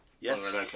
Yes